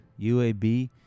UAB